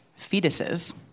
fetuses